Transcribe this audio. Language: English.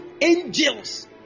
angels